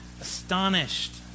astonished